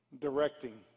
directing